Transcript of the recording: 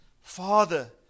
father